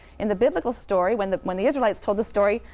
in the biblical story, when the when the israelites told the story,